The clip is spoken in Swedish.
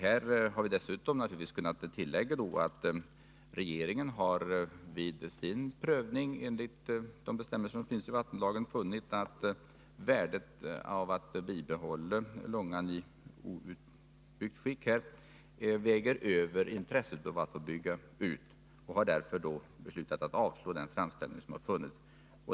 Här har vi dessutom naturligtvis kunnat tillägga att regeringen vid sin prövning enligt de bestämmelser som finns i vattenlagen har funnit att värdet av att bibehålla Långan i outbyggt skick väger över intresset av att få bygga ut och att regeringen därför har beslutat avslå den framställning som funnits.